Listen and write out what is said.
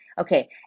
Okay